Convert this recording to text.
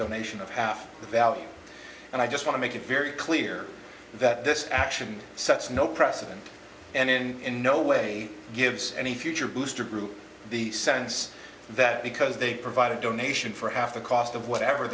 donation of half the value and i just want to make it very clear that this action sets no precedent and no way gives any future booster group the sense that because they provide a donation for half the cost of whatever